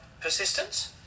persistence